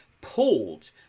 pulled